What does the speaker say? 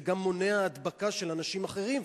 זה גם מונע הדבקה של אנשים אחרים.